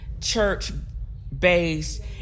church-based